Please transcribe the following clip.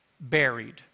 buried